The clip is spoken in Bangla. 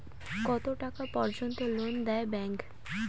কত টাকা পর্যন্ত লোন দেয় ব্যাংক?